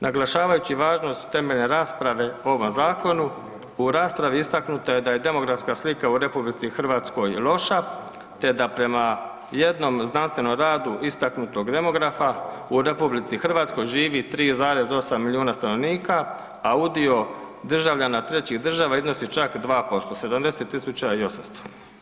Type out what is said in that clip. Naglašavajući važnost temeljem rasprave o ovom zakonu u raspravi istaknuto je da je demografska slika u RH loša te da prema jednom znanstvenom radu istaknutog demografa u RH živi 3,8 milijuna stanovnika, a udio državljana trećih država iznosi čak 2% 70.800.